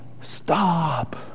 stop